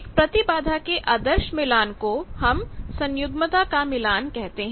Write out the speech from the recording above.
एक प्रतिबाधा के आदर्श मिलान को हम सन्युग्मता का मिलान कहते हैं